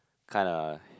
kinda